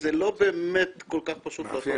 וזה לא באמת כל כך פשוט לעשות את זה.